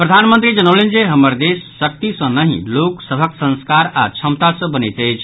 प्रधानमंत्री जनौलनि जे हमर देश शक्ति सँ नहि लोक सभक संस्कार आओर क्षमता सँ बनैत अछि